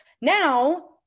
Now